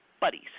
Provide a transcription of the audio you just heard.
buddies